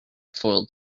foiled